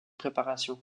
préparation